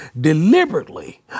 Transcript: deliberately